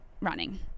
running